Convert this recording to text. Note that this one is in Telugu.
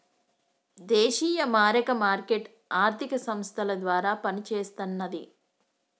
విదేశీ మారక మార్కెట్ ఆర్థిక సంస్థల ద్వారా పనిచేస్తన్నది